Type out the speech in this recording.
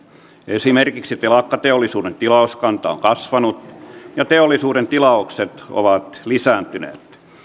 esimerkiksi telakkateollisuuden tilauskanta on kasvanut ja teollisuuden tilaukset ovat lisääntyneet